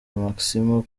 maximo